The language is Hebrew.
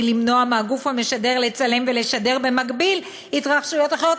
למנוע מהגוף המשדר לצלם ולשדר במקביל התרחשויות אחרות".